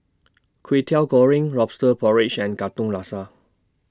Kwetiau Goreng Lobster Porridge and Katong Laksa